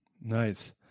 Nice